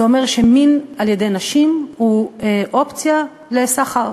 זה אומר שמין על-ידי נשים הוא אופציה לסחר.